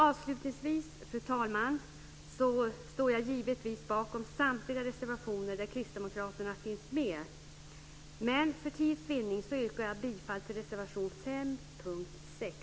Avslutningsvis, fru talman, står jag givetvis bakom samtliga reservationer där Kristdemokraterna finns med, men för tids vinnande yrkar jag bifall till reservation 5 under punkt 6.